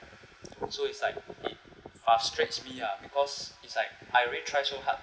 so it's like it frustrates me lah because it's like I already try so hard